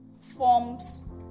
forms